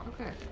Okay